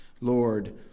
Lord